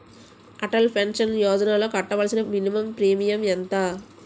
Atal pension యోజనలో కట్టవలసిన minimum premium ఎంత?